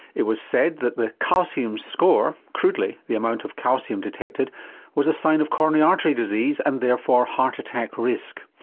it was said that the calcium score, crudely, the amount of calcium detected was a sign of coronary heart disease and therefore heart attack risk.